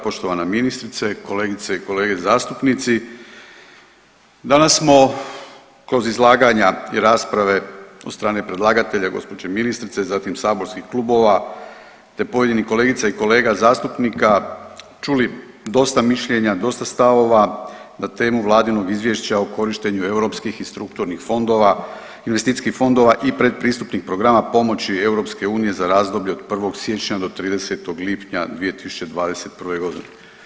Poštovana ministrice, kolegice i kolege zastupnici, danas smo kroz izlaganja i rasprave od strane predlagatelja gospođe ministrice, zatim saborskih klubova te pojedinih kolegica i kolega zastupnika čuli dosta mišljenja, dosta stavova na temu vladinom izvješća o korištenju europskih i strukturnih fondova, investicijskih fondova i pretpristupnih programa pomoći EU za razdoblje od 1. siječnja do 30. lipnja 2021. godine.